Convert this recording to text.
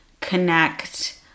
connect